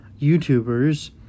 YouTubers